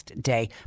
day